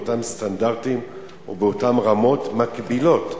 לאותם סטנדרטים ובאותן רמות מקבילות,